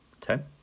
ten